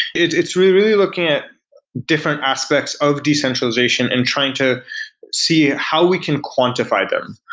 it's really really looking at different aspects of decentralization and trying to see how we can quantify them.